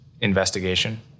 investigation